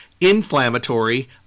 inflammatory